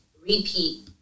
repeat